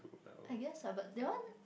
I guess lah but that one